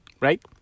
right